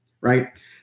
right